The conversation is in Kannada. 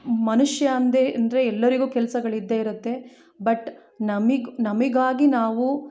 ಮನುಷ್ಯ ಅಂದೇ ಅಂದರೆ ಎಲ್ಲರಿಗೂ ಕೆಲ್ಸಗಳು ಇದ್ದೆ ಇರುತ್ತೆ ಬಟ್ ನಮಗ್ ನಮಗಾಗಿ ನಾವು